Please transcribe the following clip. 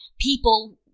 people